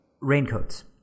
Raincoats